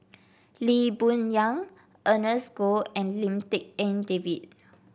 Lee Boon Yang Ernest Goh and Lim Tik En David